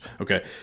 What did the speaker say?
Okay